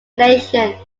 nation